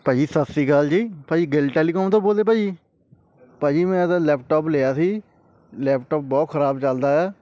ਭਾਅ ਜੀ ਸਤਿ ਸ਼੍ਰੀ ਅਕਾਲ ਜੀ ਭਾਅ ਜੀ ਗਿੱਲ ਟੈਲੀਕੋਮ ਤੋਂ ਬੋਲਦੇ ਭਾਅ ਜੀ ਭਾਅ ਜੀ ਮੈਂ ਤਾਂ ਲੈਪਟਾਪ ਲਿਆ ਸੀ ਲੈਪਟਾਪ ਬਹੁਤ ਖਰਾਬ ਚੱਲਦਾ ਆ